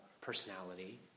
personality